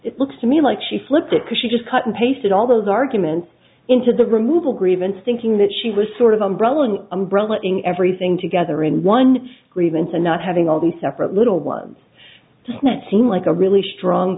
it looks to me like she flipped it because she just cut and pasted all those arguments into the removal grievance thinking that she was sort of umbrella an umbrella in everything together in one grievance and not having all the separate little ones that seem like a really strong